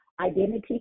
identity